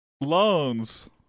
Loans